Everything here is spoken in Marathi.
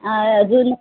अजून